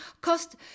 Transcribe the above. cost